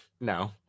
no